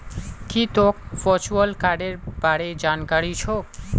की तोक वर्चुअल कार्डेर बार जानकारी छोक